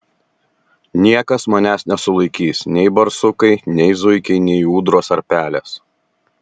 niekas manęs nesulaikys nei barsukai nei zuikiai nei ūdros ar pelės